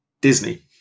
Disney